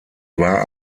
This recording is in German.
war